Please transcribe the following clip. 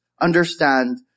understand